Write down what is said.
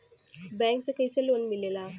Bank से कइसे loan मिलेला?